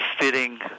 fitting